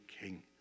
king